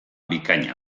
bikaina